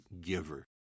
giver